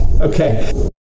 Okay